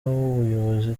w’ubuyobozi